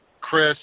Chris